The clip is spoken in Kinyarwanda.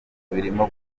birimo